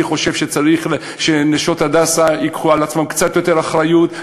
אני חושב שצריך ש"נשות הדסה" ייקחו על עצמן קצת יותר אחריות,